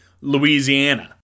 Louisiana